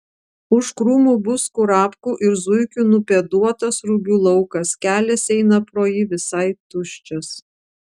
už krūmų bus kurapkų ir zuikių nupėduotas rugių laukas kelias eina pro jį visai tuščias